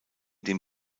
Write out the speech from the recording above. den